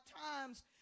times